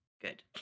good